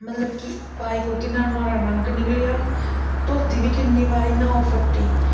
मतलब कि पाई कुर्ती ना नुआढ़ा रंग निकलेआ धोती बी किन्ने बारी नां ओह् फट्टी